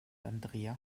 andrea